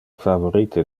favorite